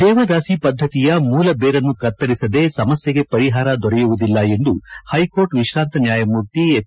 ದೇವದಾಸಿ ಪದ್ದತಿಯ ಮೂಲ ಬೇರನ್ನು ಕತ್ತರಿಸದೆ ಸಮಸ್ಕೆಗೆ ಪರಿಹಾರ ದೊರೆಯುವುದಿಲ್ಲ ಎಂದು ಹೈಕೋರ್ಟ್ ವಿಶ್ರಾಂತ ನ್ಯಾಯಮೂರ್ತಿ ಎಚ್